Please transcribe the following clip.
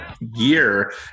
year